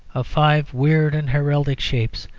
of five weird and heraldic shapes,